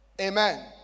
Amen